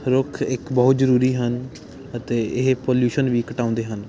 ਰੁੱਖ ਇੱਕ ਬਹੁਤ ਜ਼ਰੂਰੀ ਹਨ ਅਤੇ ਇਹ ਪੋਲਿਊਸ਼ਨ ਵੀ ਘਟਾਉਂਦੇ ਹਨ